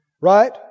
Right